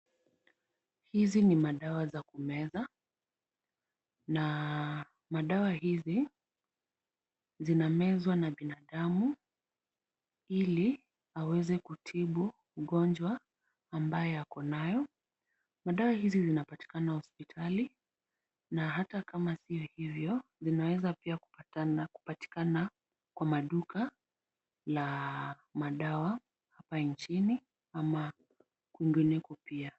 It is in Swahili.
Hizi ni dawa za kumeza, na dawa hizi zinamezwa na binadamu, ili aweze kutibu ugonjwa ambao ako nao, dawa hizi zinapatikana hospitali na hata kama sio hivyo zinaweza pia kupatikana kwa maduka ya dawa hapa nchini ama kwingineko pia.